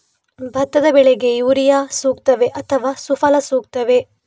ಭತ್ತದ ಬೆಳೆಗೆ ಯೂರಿಯಾ ಸೂಕ್ತವೇ ಅಥವಾ ಸುಫಲ ಸೂಕ್ತವೇ?